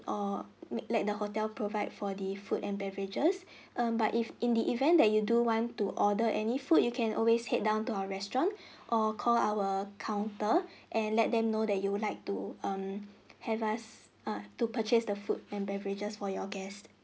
or let the hotel provide for the food and beverages um but if in the event that you do want to order any food you can always head down to our restaurant or call our counter and let them know that you would like to um have us err to purchase the food and beverages for your guest